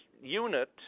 unit